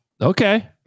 Okay